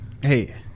Hey